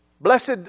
Blessed